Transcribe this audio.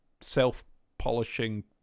self-polishing